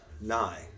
nine